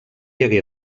hagué